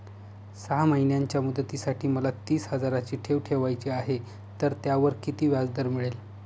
सहा महिन्यांच्या मुदतीसाठी मला तीस हजाराची ठेव ठेवायची आहे, तर त्यावर किती व्याजदर मिळेल?